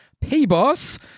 P-Boss